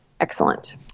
Excellent